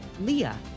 leah